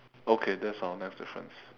okay that's our next difference